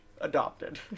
Adopted